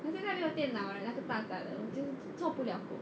then 现在没有电脑 leh 那个大大的 then 我就做不了工